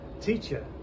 teacher